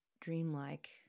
dreamlike